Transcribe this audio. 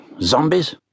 zombies